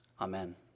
Amen